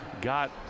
got